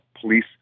police